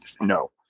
No